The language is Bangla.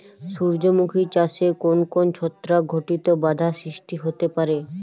সূর্যমুখী চাষে কোন কোন ছত্রাক ঘটিত বাধা সৃষ্টি হতে পারে?